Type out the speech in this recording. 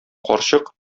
карчык